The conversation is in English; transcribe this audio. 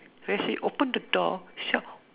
then I say open the door she shout